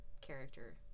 character